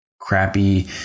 crappy